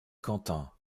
quentin